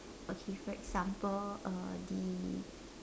okay so example uh the